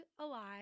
alive